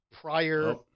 prior